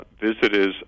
visitors